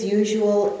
usual